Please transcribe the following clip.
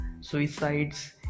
suicides